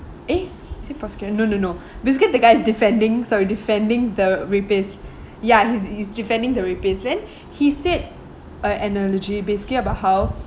eh is it prosecutor no no no basically the guy is defending sorry defending the rapists ya he's he's defending the rapists then he said a analogy basically about how